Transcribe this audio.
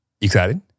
excited